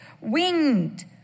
winged